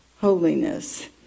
holiness